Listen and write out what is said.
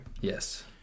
Yes